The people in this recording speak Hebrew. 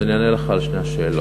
אני אענה לך על שתי השאלות.